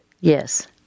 Yes